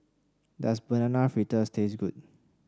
does Banana Fritters taste good